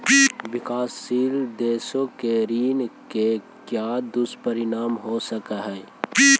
विकासशील देशों के ऋण के क्या दुष्परिणाम हो सकलई हे